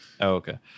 okay